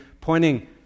pointing